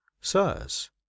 sirs